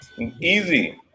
Easy